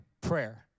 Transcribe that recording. prayer